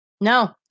No